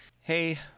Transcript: hey